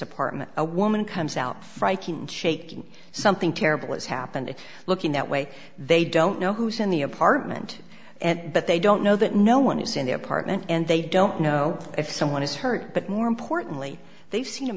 apartment a woman comes out frightened shaking something terrible has happened looking that way they don't know who's in the apartment and but they don't know that no one is in the apartment and they don't know if someone is hurt but more importantly they've seen a